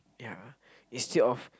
yeah instead of